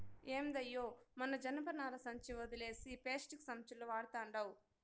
ఏందయ్యో మన జనపనార సంచి ఒదిలేసి పేస్టిక్కు సంచులు వడతండావ్